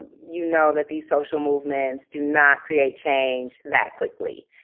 you know that these social movements do not create change that quickly.